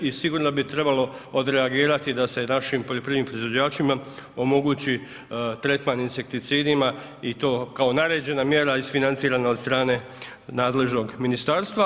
I sigurno da bi trebalo odreagirati da se našim poljoprivrednim proizvođačima omogući tretman insekticidima i to kao naređena mjera, isfinancirana od strane nadležnog ministarstva.